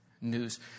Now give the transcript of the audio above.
news